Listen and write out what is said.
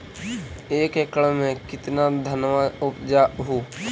एक एकड़ मे कितना धनमा उपजा हू?